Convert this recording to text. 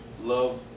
love